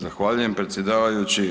Zahvaljujem predsjedavajući.